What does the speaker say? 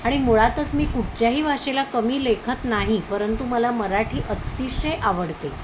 आणि मुळातच मी कुठच्याही भाषेला कमी लेखत नाही परंतु मला मराठी अतिशय आवडते